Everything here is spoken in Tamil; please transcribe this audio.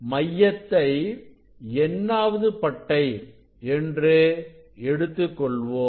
மையத்தை n ஆவது பட்டை என்று எடுத்துக்கொள்வோம்